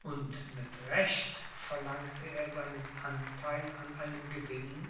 und mit recht verlangte er seinen antheil an einem gewinn